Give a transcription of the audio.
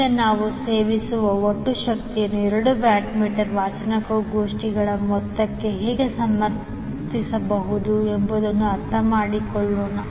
ಈಗ ನಾವು ಸೇವಿಸುವ ಒಟ್ಟು ಶಕ್ತಿಯನ್ನು ಎರಡು ವ್ಯಾಟ್ ಮೀಟರ್ ವಾಚನಗೋಷ್ಠಿಗಳ ಮೊತ್ತಕ್ಕೆ ಹೇಗೆ ಸಮರ್ಥಿಸಬಹುದು ಎಂಬುದನ್ನು ಅರ್ಥಮಾಡಿಕೊಳ್ಳೋಣ